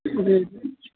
جی جی